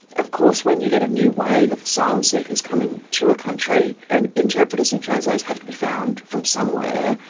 of course when you get a new wave of asylum seekers coming to a country, and interpreters and translators have to be found from somewhere,